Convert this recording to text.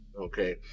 okay